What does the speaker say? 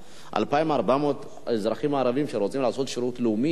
2,400 אזרחים ערבים שרוצים לעשות שירות לאומי